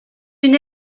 une